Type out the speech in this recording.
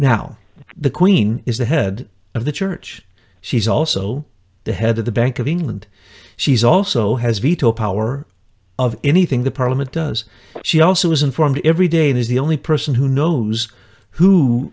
now the queen is the head of the church she's also the head of the bank of england she's also has veto power of anything the parliament does she also is informed every day and is the only person who knows who